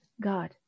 God